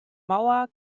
mauer